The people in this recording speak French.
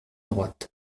droite